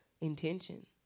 Intention